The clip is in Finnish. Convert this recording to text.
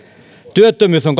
työttömyys on